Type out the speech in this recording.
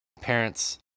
parents